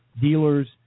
Dealers